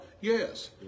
Yes